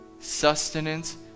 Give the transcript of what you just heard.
Sustenance